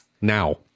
now